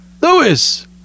Lewis